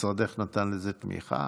משרדך נתן לזה תמיכה.